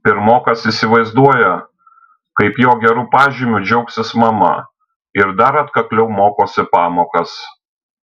pirmokas įsivaizduoja kaip jo geru pažymiu džiaugsis mama ir dar atkakliau mokosi pamokas